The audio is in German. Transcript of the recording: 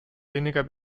weniger